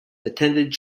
attended